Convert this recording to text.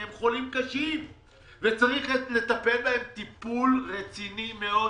הם חולים קשים שצריך לטפל בהם טיפול רציני מאוד.